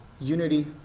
Unity